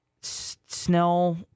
Snell